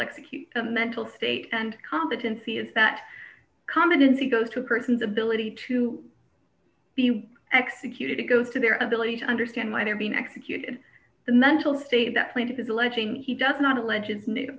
execute a mental state and competency as that competency goes to a person's ability to be executed it goes to their ability to understand why they are being executed the mental state that plaintiff is alleging he does not alleges knew